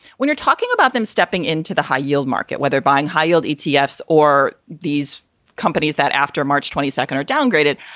when you're talking about them stepping into the high yield market, where they're buying high yield etf so or these companies that after march twenty second are downgraded.